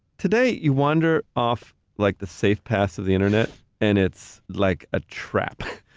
today, you wander off like the safe paths of the internet and it's like a trap.